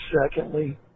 Secondly